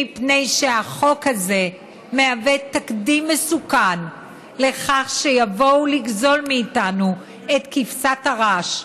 מפני שהחוק הזה מהווה תקדים מסוכן לכך שיבואו לגזול מאיתנו את כבשת הרש,